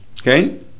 Okay